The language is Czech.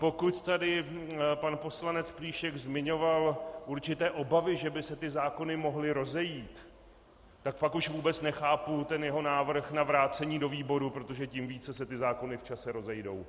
Pokud tady pan poslanec Plíšek zmiňoval určité obavy, že by se ty zákony mohly rozejít, tak pak už vůbec nechápu jeho návrh na vrácení do výboru, protože tím více se ty zákony v čase rozejdou.